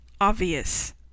obvious